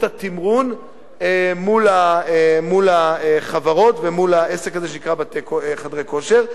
התמרון מול החברות ומול העסק הזה שנקרא "חדרי כושר".